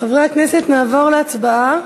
חברי הכנסת, נעבור להצבעה.